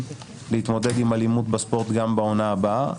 להתמודד עם אלימות בספורט גם בעונה הבאה.